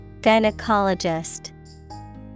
Gynecologist